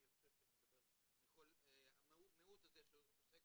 אני חושב שאני מדבר בשם המיעוט הזה שמתעסק